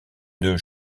deux